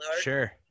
Sure